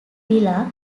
villa